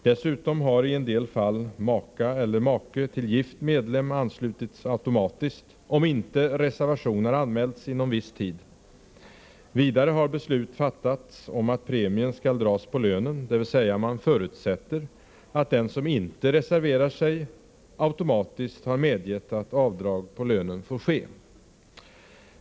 Dessutom har i en del fall maka eller make till gift medlem automatiskt anslutits, om inte reservation anmälts inom viss tid. Vidare har beslut fattats om att premien skall dras på lönen, dvs. man förutsätter att den som inte reserverar sig, därmed medgivit att avdrag på lönen får ske.